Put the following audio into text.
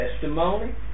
testimony